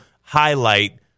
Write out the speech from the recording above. highlight